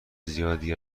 زیادی